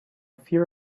fear